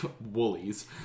Woolies